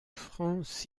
france